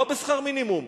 לא בשכר מינימום.